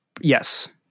Yes